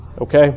okay